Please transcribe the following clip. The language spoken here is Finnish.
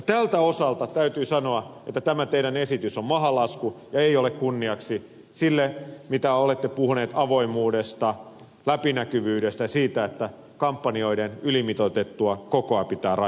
tältä osalta täytyy sanoa että tämä teidän esityksenne on mahalasku ja ei ole kunniaksi sille mitä olette puhunut avoimuudesta läpinäkyvyydestä ja siitä että kampanjoiden ylimitoitettua kokoa pitää rajoittaa